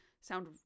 sound